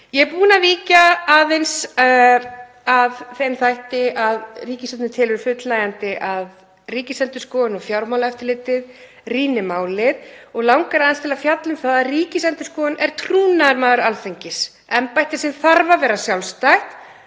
Ég er búin að víkja aðeins að þeim þætti að ríkisstjórnin telur fullnægjandi að Ríkisendurskoðun og Fjármálaeftirlitið rýni málið. Mig langar aðeins til að fjalla um það að Ríkisendurskoðun er trúnaðarmaður Alþingis, embætti sem þarf að vera sjálfstætt